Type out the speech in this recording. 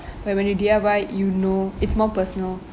but when you D_I_Y you know it's more personal